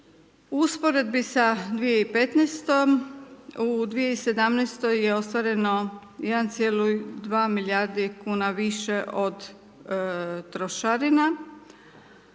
U usporedbi sa 2015. u 2018. je ostvareno 1,2 milijardi kn više od trošarina.